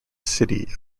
city